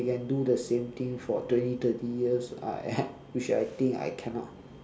they can do the same thing for twenty thirty years I I which I think I cannot